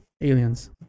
aliens